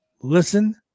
listen